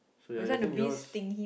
so ya I think yours